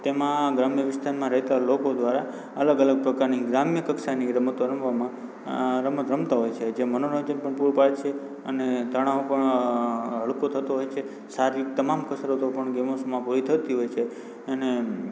તેમાં ગ્રામ્ય વિસ્તારમાં રહેતા લોકો દ્વારા અલગ અલગ પ્રકારની ગ્રામ્ય કક્ષાની રમતો રમવામાં અં રમત રમતાં હોય છે જે મનોરંજન પણ પૂરું પાડે છે અને તણાવ પણ અં હળવો થતો હોય છે શારીરિક તમામ કસરતો પણ ગેમ્સમાં પૂરી થતી હોય છે અને